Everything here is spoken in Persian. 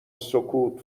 سکوت